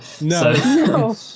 no